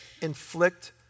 inflict